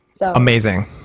amazing